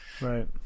Right